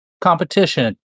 competition